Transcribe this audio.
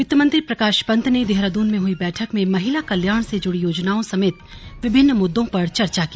वित्त मंत्री प्रकाश पंत ने देहरादून में हई बैठक में महिला कल्याण से जुड़ी योजनाओं समेत विभिन्न मुद्दों पर चर्चा की